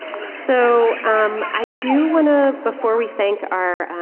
so, um, i do want to, before we thank our,